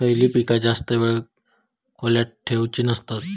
खयली पीका जास्त वेळ खोल्येत ठेवूचे नसतत?